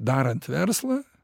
darant verslą